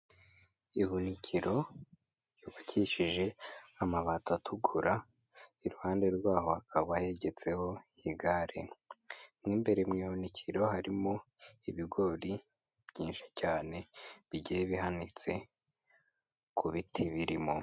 Ihunikiro yubakishije amabati atukura, iruhande rwaho hakaba yagetseho igare, mu imbere mu ihunikiro harimo ibigori byinshi cyane bigiye bihanitse ku biti birimo.